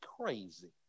crazy